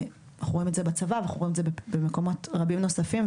אנחנו רואים את זה בצבא ואנחנו רואים את זה במקומות רבים נוספים,